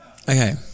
okay